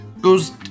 goes